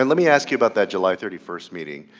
and let me ask you about that july thirty first meeting.